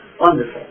Wonderful